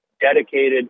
dedicated